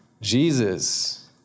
Jesus